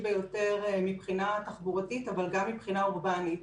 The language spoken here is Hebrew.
ביותר מבחינה תחבורתית אבל גם מבחינה אורבנית.